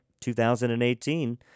2018